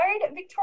Victoria